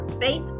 faith